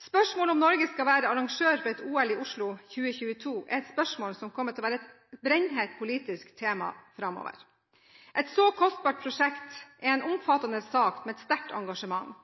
Spørsmålet om Norge skal være arrangør for et OL i Oslo 2022 er et spørsmål som kommer til å være et brennhett politisk tema framover. Et så kostbart prosjekt er en omfattende sak med et sterkt engasjement.